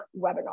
webinar